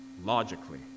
logically